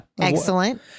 Excellent